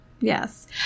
Yes